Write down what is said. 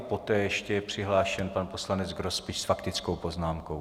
Poté je ještě přihlášen pan poslanec Grospič s faktickou poznámkou.